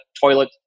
toilet